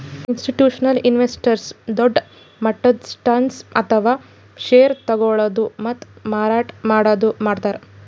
institutional investors ದೊಡ್ಡ್ ಮಟ್ಟದ್ stocks ಅಥವಾ ಷೇರ್ ತಗೋಳದು ಮತ್ತ್ ಮಾರಾಟ್ ಮಾಡದು ಮಾಡ್ತಾರ್